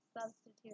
substitute